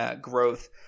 growth